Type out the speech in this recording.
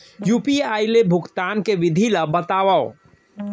UPI ले भुगतान के विधि ला बतावव